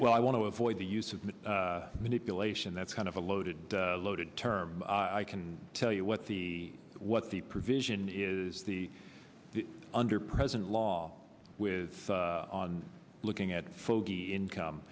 well i want to avoid the use of manipulation that's kind of a loaded loaded term i can tell you what the what the provision it is the under present law with on looking at fogy income